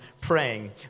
praying